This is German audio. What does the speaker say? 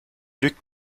lügt